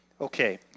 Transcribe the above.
Okay